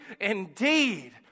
indeed